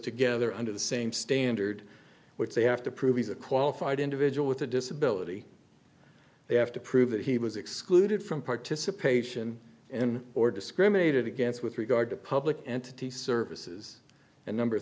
together under the same standard which they have to prove is a qualified individual with a disability they have to prove that he was excluded from participation in or discriminated against with regard to public entity services and number